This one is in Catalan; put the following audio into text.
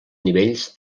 nivells